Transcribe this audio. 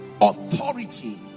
authority